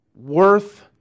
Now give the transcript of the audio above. worth